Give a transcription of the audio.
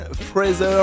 Fraser